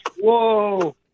Whoa